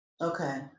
Okay